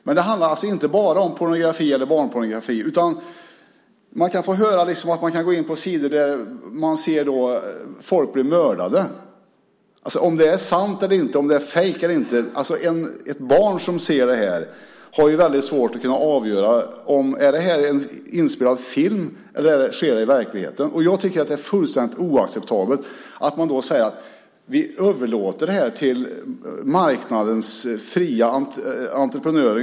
Det här handlar alltså inte bara om pornografi eller barnpornografi. Man kan få höra att man går in på sidor där man ser folk bli mördade. Och är det sant eller inte eller fejkat eller inte? Ett barn som ser det här har väldigt svårt att kunna avgöra: Är det här en inspelad film eller sker det i verkligheten? Jag tycker att det är fullständigt oacceptabelt att man då säger: Vi överlåter det här till marknadens fria entreprenörer.